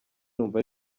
numva